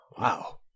Wow